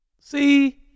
See